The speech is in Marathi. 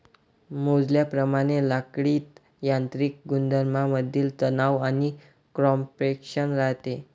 मोजल्याप्रमाणे लाकडीत यांत्रिक गुणधर्मांमधील तणाव आणि कॉम्प्रेशन राहते